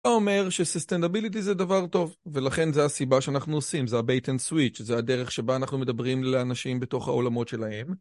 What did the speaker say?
אומר ש-sustainability זה דבר טוב, ולכן זה הסיבה שאנחנו עושים, זה ה-bait and switch, זה הדרך שבה אנחנו מדברים לאנשים בתוך העולמות שלהם.